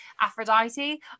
aphrodite